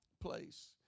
Place